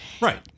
right